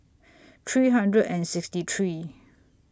three hundred and sixty three